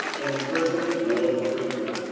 in prisons more frequent,